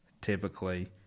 typically